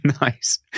Nice